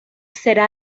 será